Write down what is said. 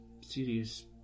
serious